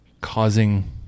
causing